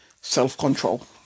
self-control